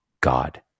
God